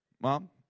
Mom